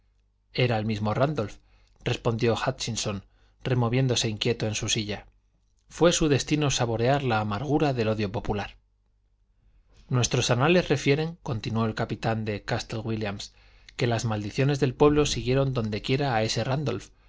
era el mismo rándolph respondió hútchinson removiéndose inquieto en su silla fué su destino saborear la amargura del odio popular nuestros anales refieren continuó el capitán de castle wílliam que las maldiciones del pueblo siguieron dondequiera a ese